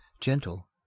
gentle